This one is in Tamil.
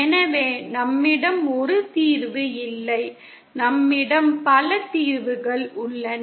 எனவே நம்மிடம் ஒரு தீர்வு இல்லை நம்மிடம் பல தீர்வுகள் உள்ளன